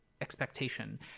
expectation